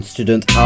student